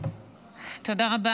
תודה רבה.